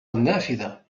النافذة